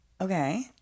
Okay